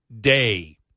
day